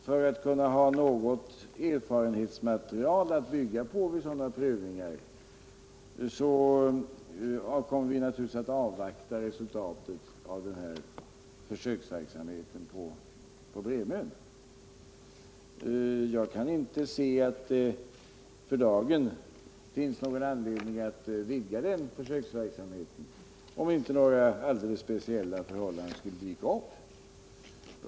För att kunna ha något erfarenhetsmaterial att bygga på vid sådana prövningar kommer vi naturligtvis att av vakta resultatet av försöksverksamheten på Bremön. Jag kan inte se alt det för dagen finns någon anledning att utöka den försöksverksamheten, om inte alldeles speciella förhållanden skulle dvka upp.